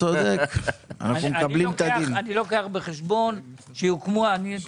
מצד אחד, רוצים לשווק, רוצים לבנות,